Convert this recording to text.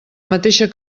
mateixa